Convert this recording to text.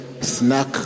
snack